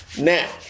Now